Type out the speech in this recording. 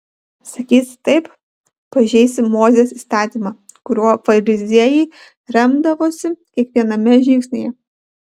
sakysi taip pažeisi mozės įstatymą kuriuo fariziejai remdavosi kiekviename žingsnyje